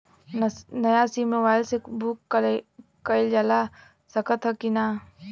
नया sim mobile से book कइलजा सकत ह कि ना?